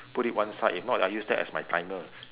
put it one side if not I use that as my timer